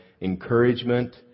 encouragement